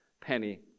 penny